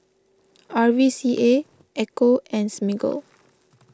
R V C A Ecco and Smiggle